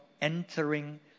entering